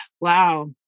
Wow